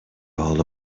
all